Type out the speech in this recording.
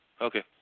Okay